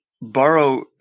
borrow